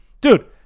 Dude